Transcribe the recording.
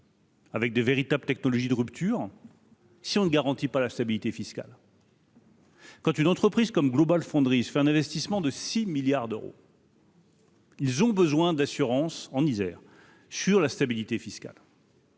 Avec de véritables technologie de rupture. Si on ne garantit pas la stabilité fiscale. Quand une entreprise comme Global fonderie fait un investissement de 6 milliards d'euros. Ils ont besoin d'assurance en Isère sur la stabilité fiscale.